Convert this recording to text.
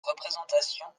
représentations